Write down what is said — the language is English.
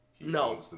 No